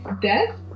death